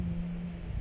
hmm